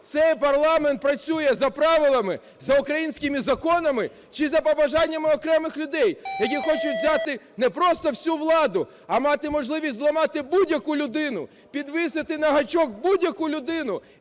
цей парламент працює за правилами, за українськими законами чи за побажаннями окремих людей, які хочуть взяти не просто всю владу, а мати можливість зламати будь-яку людину, підвісити на гачок будь-яку людину,